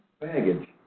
Baggage